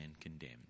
condemned